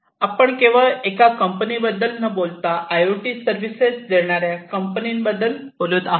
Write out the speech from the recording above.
आपण केवळ एका कंपनी बद्दल न बोलता आयओटी सर्व्हिसेस देणार्या कंपनी बद्दल बोलत आहोत